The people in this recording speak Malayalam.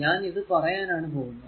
ഞാൻ ഇത് പറയാനാണ് പോകുന്നത്